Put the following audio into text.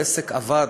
העסק עבד.